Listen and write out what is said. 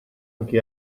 anke